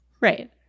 Right